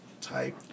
type